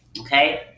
Okay